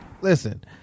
Listen